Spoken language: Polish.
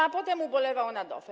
A potem ubolewał nad OFE.